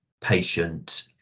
Patient